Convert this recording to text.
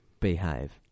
behave